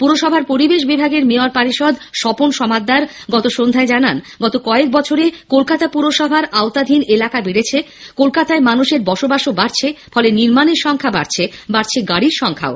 পুরসভার পরিবেশ বিভাগের মেয়র পারিষদ স্বপন সমাদ্দার গতকাল সন্ধ্যায় জানিয়েছেন গত কয়েকবছরে কলকাতা পুরসভার আওতাধীন এলাকা বেড়েছে কলকাতায় মানুষের বসবাস বাড়ছে ফলে নির্মাণের সংখ্যা বাড়ছে বাড়ছে গাড়ির সংখ্যাও